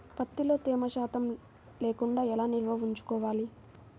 ప్రత్తిలో తేమ శాతం లేకుండా ఎలా నిల్వ ఉంచుకోవాలి?